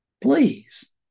Please